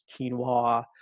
quinoa